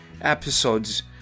episodes